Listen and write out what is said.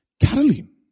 Caroline